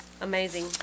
amazing